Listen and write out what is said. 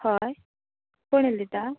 हय कोण उलयता